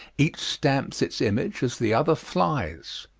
each stamps its image as the other flies!